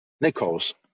Nichols